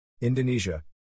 Indonesia